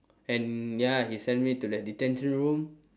and ya he send me to that detention room